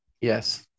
Yes